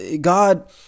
God